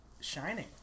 shining